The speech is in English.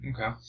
okay